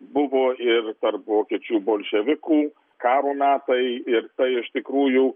buvo ir tarp vokiečių bolševikų karo metai ir iš tikrųjų